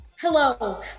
Hello